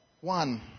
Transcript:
One